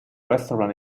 restaurant